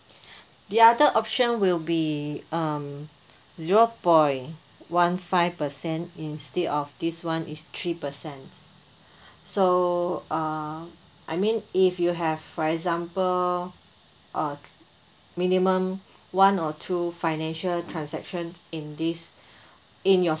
the other option will be um zero point one five percent instead of this one is three percent so uh I mean if you have for example a minimum one or two financial transaction in this in your